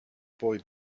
boy